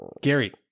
Gary